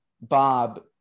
Bob